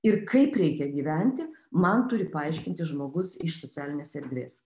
ir kaip reikia gyventi man turi paaiškinti žmogus iš socialinės erdvės